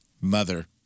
Mother